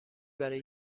برای